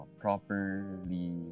properly